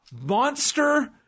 Monster